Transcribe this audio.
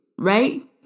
Right